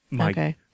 Okay